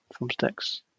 thumbsticks